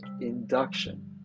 induction